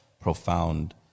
profound